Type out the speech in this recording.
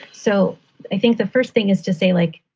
so i think the first thing is to say, like,